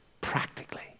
practically